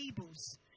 tables